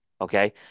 Okay